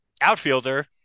outfielder